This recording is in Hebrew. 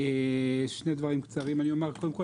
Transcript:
אומר שני דברים קצרים: קודם כול,